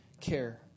care